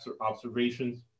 observations